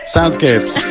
Soundscapes